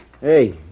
Hey